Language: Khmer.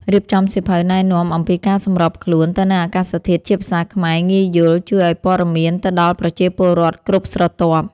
រៀបចំសៀវភៅណែនាំអំពីការសម្របខ្លួនទៅនឹងអាកាសធាតុជាភាសាខ្មែរងាយយល់ជួយឱ្យព័ត៌មានទៅដល់ប្រជាពលរដ្ឋគ្រប់ស្រទាប់។